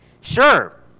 sure